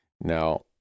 Now